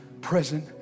present